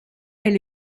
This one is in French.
elle